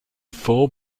four